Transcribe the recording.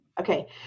Okay